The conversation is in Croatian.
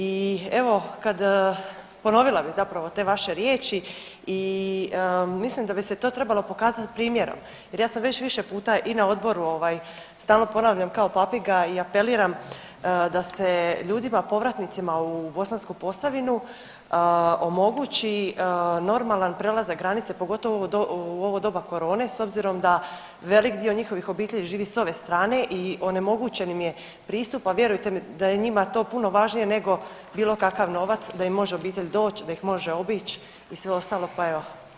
I evo, kad, ponovila bih zapravo te vaše riječi i mislim da bi se to trebalo pokazati primjerom jer ja sam već više puta i na Odboru ovaj, stalno ponavljam kao papiga i apeliram da se ljudima povratnici u Bosansku Posavinu omogući normalan prelazak granice, pogotovo u ovo doba korone, s obzirom da velik dio njihovih obitelji živi s ove strane i onemogućen im je pristup, a vjerujte mi da je njima to puno važnije nego bilo kakav novac, da im može obitelj doći, da ih može obići i sve ostalo, pa evo.